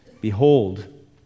Behold